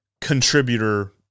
contributor